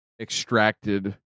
extracted